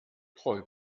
treu